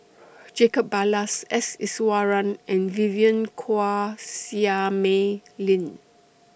Jacob Ballas S Iswaran and Vivien Quahe Seah Mei Lin